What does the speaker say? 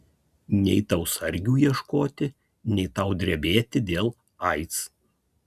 nei tau sargių ieškoti nei tau drebėti dėl aids